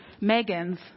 Megan's